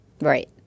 Right